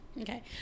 Okay